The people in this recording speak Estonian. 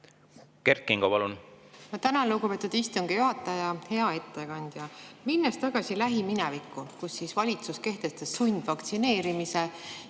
Kert Kingo, palun! Ma tänan, lugupeetud istungi juhataja. Hea ettekandja! Lähen tagasi lähiminevikku, kui valitsus kehtestas sundvaktsineerimise